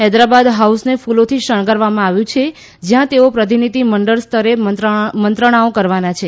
હૈદરાબાદ હાઉસને કુલોથી શણગારવામાં આવ્યું છે જયાં તેઓ પ્રતિનિધિ મંડળ સ્તરે મંત્રણાઓ કરવાના છે